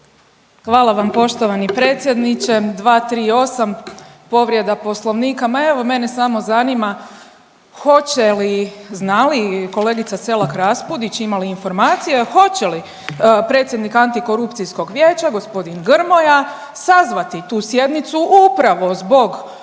Hvala vam poštovani predsjedniče. 238., povrjeda Poslovnika, ma evo mene samo zanima hoće li, zna li kolegica Selak Raspudić ima li informacije, hoće li predsjednik antikorupcijskog vijeća gospodin Grmoja sazvati tu sjednicu upravo zbog Mire